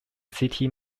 city